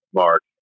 mark